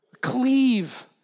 Cleave